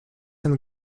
and